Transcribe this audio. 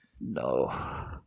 No